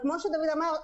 כמו שדוד אמר,